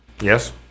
Yes